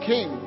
King